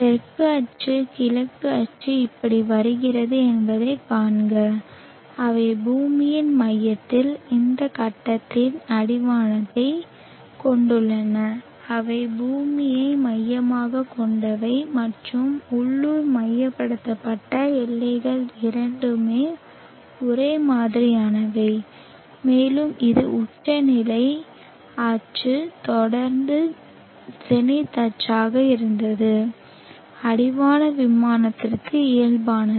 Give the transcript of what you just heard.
தெற்கு அச்சு கிழக்கு அச்சு இப்படி வருகிறது என்பதைக் காண்க அவை பூமியின் மையத்தில் இந்த கட்டத்தில் அடிவானத்தைக் கொண்டுள்ளன அவை பூமியை மையமாகக் கொண்டவை மற்றும் உள்ளூர் மையப்படுத்தப்பட்ட எல்லைகள் இரண்டும் ஒரே மாதிரியானவை மேலும் இது உச்சநிலை அச்சு தொடர்ந்து ஜெனித் அச்சாக இருந்தது அடிவான விமானத்திற்கு இயல்பானது